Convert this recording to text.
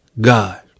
God